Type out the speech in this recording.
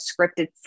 scripted